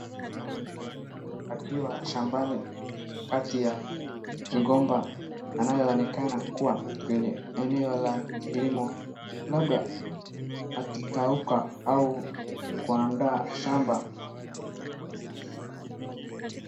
Mwanamke akiwa shambani kati ya migomba anayonekana kuwa kwenye eneo la kilimo labda akikauka au kuanda shamba.